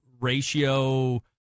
ratio